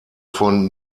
von